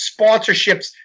sponsorships